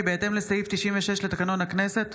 כי בהתאם לסעיף 96 לתקנון הכנסת,